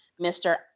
Mr